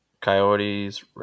Coyotes